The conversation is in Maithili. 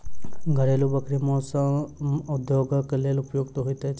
घरेलू बकरी मौस उद्योगक लेल उपयुक्त होइत छै